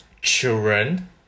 children